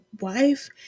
wife